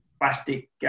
plastic